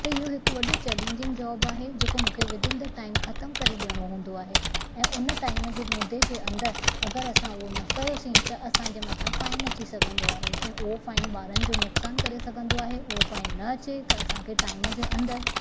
त इहो हिकु वॾो चैलेंजिंग जॉब आहे जेको मूंखे विद इन द टाइम ख़तमु करे ॾियणो हूंदो आहे ऐं हुन टाइम जे मुदे जे अंदरु अग॒रि असां उहो न कयोसीं त असांजे मथां फ़ाइन अची सघंदो आहे ऐं उहो फ़ाइन ॿारनि जो नुकसान करे सघंदो आहे उहो फ़ाइन न अचे त असांखे टाइम जे अंदरु